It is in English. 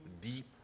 deep